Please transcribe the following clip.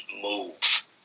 move